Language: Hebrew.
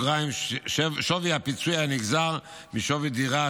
שווי הפיצוי הנגזר משווי דירה,